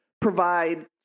provide